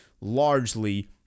largely